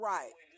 Right